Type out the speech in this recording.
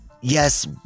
yes